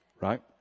right